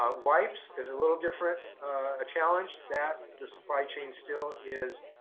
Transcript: ah wipes is a little different challenge that the supply chain still is